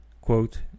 quote